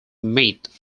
meet